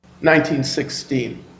1916